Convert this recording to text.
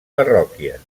parròquies